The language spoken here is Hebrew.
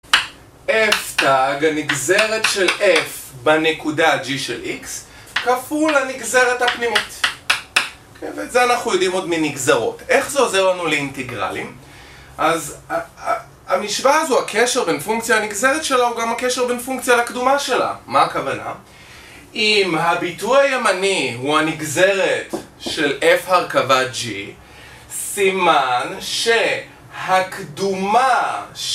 אני קיפוד כן כן קיפוד